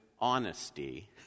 honesty